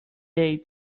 date